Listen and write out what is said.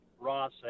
Ross